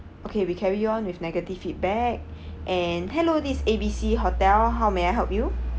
okay we carry on with negative feedback and hello this A B C hotel how may I help you